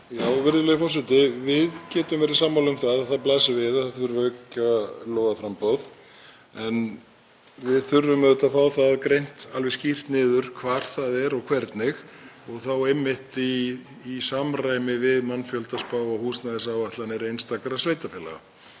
Virðulegi forseti. Við getum verið sammála um að það blasir við að auka þarf lóðaframboð en við þurfum auðvitað að fá það greint alveg skýrt niður hvar það er og hvernig og þá einmitt í samræmi við mannfjöldaspá og húsnæðisáætlanir einstakra sveitarfélaga.